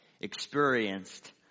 experienced